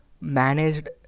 managed